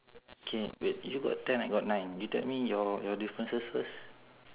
K wait you got ten I got nine you tell me your your differences first